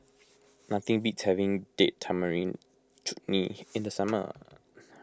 nothing beats having Date Tamarind Chutney in the summer